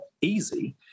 easy